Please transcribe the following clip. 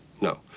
No